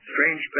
strange